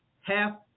half